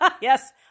Yes